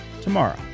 tomorrow